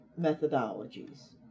methodologies